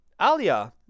Alia